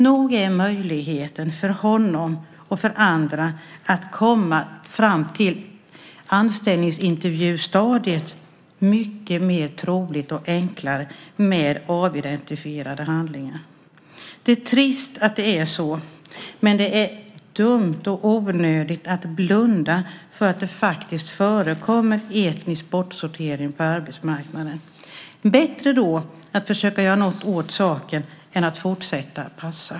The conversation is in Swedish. Nog är möjligheten för honom och för andra att komma fram till anställningsintervjustadiet mycket större och mer trolig med avidentifierade handlingar! Det är trist att det är så, men det är dumt och onödigt att blunda för att det faktiskt förekommer etnisk bortsortering på arbetsmarknaden. Bättre då att försöka göra något åt saken än att fortsätta passa.